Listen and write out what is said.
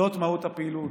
זאת מהות הפעילות.